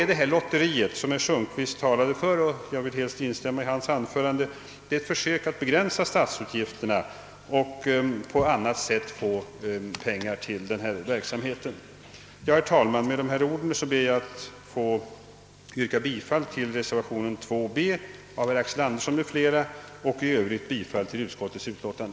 Det här lotteriet — som herr Sundkvist talade för i sitt anförande och som jag vill instämma i är ett försök att begränsa statsutgifterna och på annat sätt skaffa medel till idrottsverksamheten. Herr talman! Med dessa ord ber jag att få yrka bifall till reservationen 2 b) av herr Axel Andersson m.fl. I övrigt ansluter jag mig till utskottefs utlåtande.